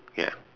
ya